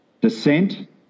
Dissent